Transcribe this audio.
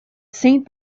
saint